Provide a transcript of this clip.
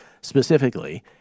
specifically